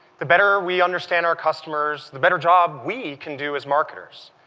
the better we understand our customers, the better job we can do as marketers.